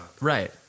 Right